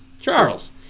Charles